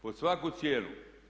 Pod svaku cijenu.